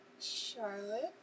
Charlotte